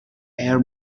air